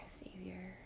savior